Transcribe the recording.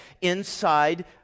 inside